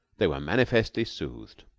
they were manifestly soothed.